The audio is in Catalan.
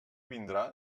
vindrà